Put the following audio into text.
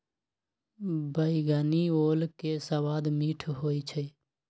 बइगनी ओल के सवाद मीठ होइ छइ